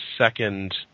second